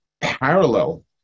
parallel